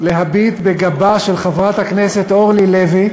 להביט בגבה של חברת הכנסת אורלי לוי,